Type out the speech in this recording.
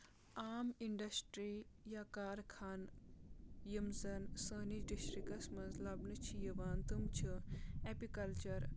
عام اِنڈسٹری یا کار خانہٕ یِم زَن سٲنِس ڈِسٹرکَس منٛز لَبنہٕ چھِ یِوان تم چھِ ایٚپِکَلچَر